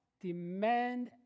demand